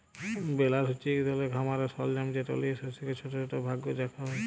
বেলার হছে ইক ধরলের খামারের সরলজাম যেট লিঁয়ে শস্যকে ছট ছট ভাগ ক্যরে রাখা হ্যয়